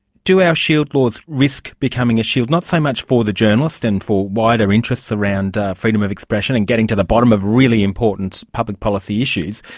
do our shield laws risk becoming a shield not so much for the journalist and for wider interests around freedom of expression and getting to the bottom of really important public policy issues,